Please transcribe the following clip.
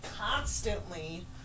constantly